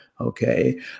Okay